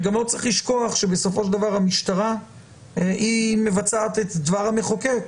וגם לא צריך לשכוח שבסופו של דבר המשטרה מבצעת את דבר המחוקק.